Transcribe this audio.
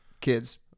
kids